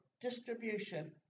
distribution